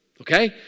okay